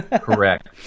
correct